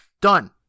done